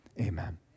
Amen